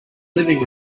living